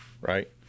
Right